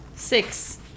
Six